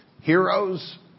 Heroes